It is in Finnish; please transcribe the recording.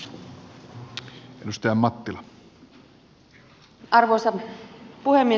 arvoisa puhemies